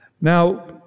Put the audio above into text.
Now